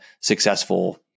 successful